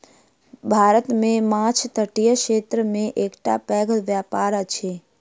भारत मे माँछ तटीय क्षेत्र के एकटा पैघ व्यापार अछि